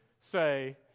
say